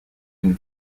une